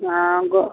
हँ गो